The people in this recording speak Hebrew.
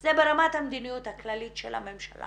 זה ברמת המדיניות הכללית של הממשלה